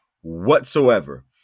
whatsoever